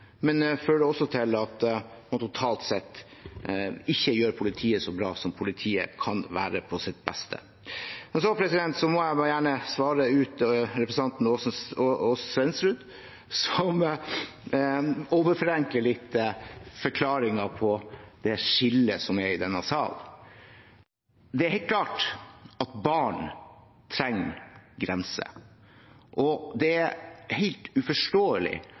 fører til at man totalt sett ikke gjør politiet så bra som politiet kan være på sitt beste. Så vil jeg gjerne svare på det representanten Aasen-Svensrud sa, som overforenkler litt forklaringen på det skillet som er i denne salen. Det er helt klart at barn trenger grenser. Det er helt uforståelig